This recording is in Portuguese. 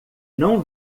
não